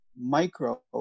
micro